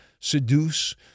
seduce